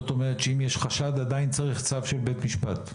כלומר שאם יש חשד עדיין צריך צו של בית משפט.